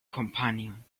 companion